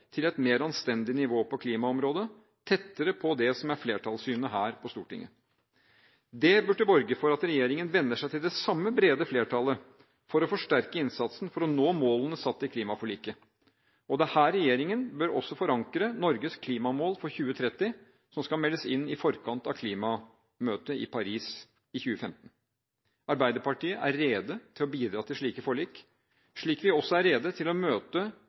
til et mer anstendig nivå på klimaområdet, tettere på det som er flertallssynet her på Stortinget. Det burde borge for at regjeringen vender seg til det samme brede flertallet for å forsterke innsatsen for å nå målene satt i klimaforliket. Og det er her regjeringen også bør forankre Norges klimamål for 2030, som skal meldes inn i forkant av klimamøtet i Paris i 2015. Arbeiderpartiet er rede til å bidra til slike forlik, slik vi også er rede til å